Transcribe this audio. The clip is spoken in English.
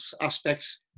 aspects